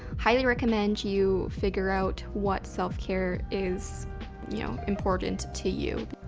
highly recommend you figure out what self-care is you know important to you.